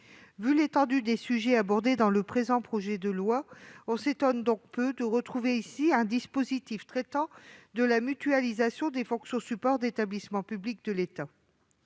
de l'étendue des sujets abordés dans le présent projet de loi, on s'étonne peu de retrouver ici un dispositif traitant de la mutualisation des fonctions support d'établissements publics de l'État.